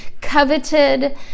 coveted